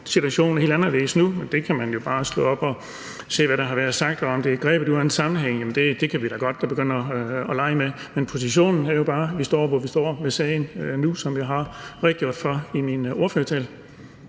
Situationen er helt anderledes nu, og der kan man jo bare slå op og se, hvad der har været sagt, og om det er grebet ud af en sammenhæng. Det kan vi da godt begynde at lege med. Men positionen er nu bare, at vi står, hvor vi står med sagen nu, som jeg har redegjort for i min ordførertale.